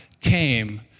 came